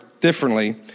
differently